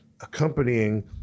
accompanying